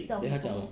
then 他讲什么